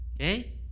okay